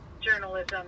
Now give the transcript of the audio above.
journalism